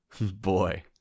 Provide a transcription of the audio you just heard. Boy